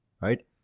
right